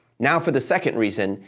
now, for the second reason.